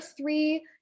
three